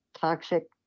Toxic